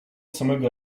samego